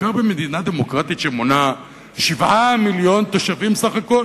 בעיקר במדינה דמוקרטית שמונה 7 מיליון תושבים סך הכול,